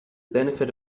benefit